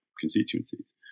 constituencies